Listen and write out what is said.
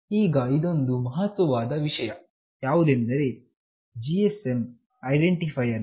ಈಗ ಇದೊಂದು ಮಹತ್ವವಾದ ವಿಷಯ ಯಾವುದೆಂದರೆ GSM ಐಡೆಂಟಿಫೈಯರ್ಗಳು